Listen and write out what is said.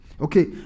Okay